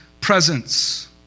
presence